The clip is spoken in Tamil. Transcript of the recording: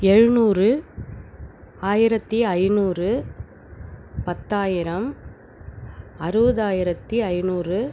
எழுநூறு ஆயிரத்தி ஐநூறு பத்தாயிரம் அறுபதாயிரத்தி ஐநூறு